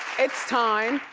it's time.